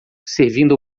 servindo